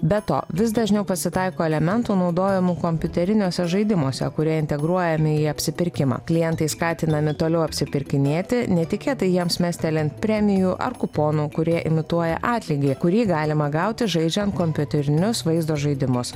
be to vis dažniau pasitaiko elementų naudojamų kompiuteriniuose žaidimuose kurie integruojami į apsipirkimą klientai skatinami toliau apsipirkinėti netikėtai jiems mestelint premijų ar kuponų kurie imituoja atlygį kurį galima gauti žaidžiant kompiuterinius vaizdo žaidimus